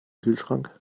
kühlschrank